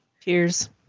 cheers